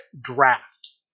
draft